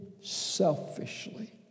selfishly